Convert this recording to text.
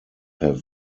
have